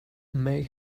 make